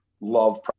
love